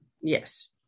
Yes